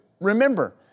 remember